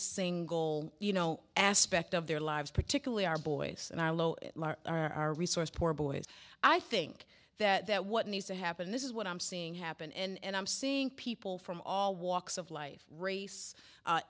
single you know aspect of their lives particularly our boys and i are resource poor boys i think that what needs to happen this is what i'm seeing happen and i'm seeing people from all walks of life race